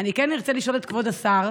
אני כן ארצה לשאול את כבוד השר: